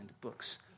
books